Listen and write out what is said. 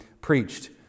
preached